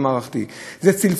זה צלצול בפעמון